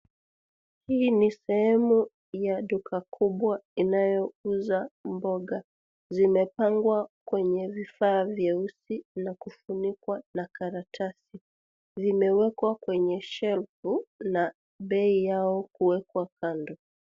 Hii ni sehemu ya duka kubwa inayouza mboga. Zimepangwa kwenye vifaa vieusi na kufunikwa na karatasi. Vimewekwa kwenye shelfu na bei yao kuwekwa kando.